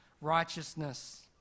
righteousness